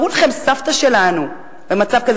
תארו לכם סבתא שלנו במצב כזה.